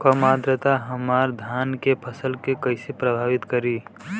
कम आद्रता हमार धान के फसल के कइसे प्रभावित करी?